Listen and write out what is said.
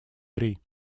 три